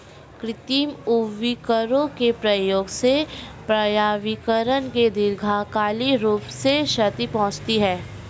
कृत्रिम उर्वरकों के प्रयोग से पर्यावरण को दीर्घकालिक रूप से क्षति पहुंचती है